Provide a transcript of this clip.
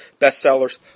bestsellers